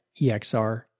EXR